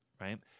right